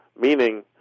meaning